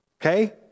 Okay